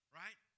right